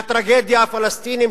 מהטרגיה הפלסטינית,